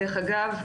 דרך אגב,